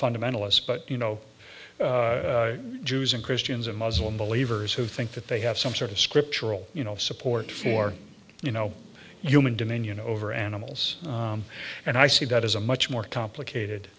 fundamentalists but you know jews and christians and muslims believe ers who think that they have some sort of scriptural you know support for you know human dominion over animals and i see that as a much more complicated